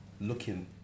looking